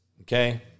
okay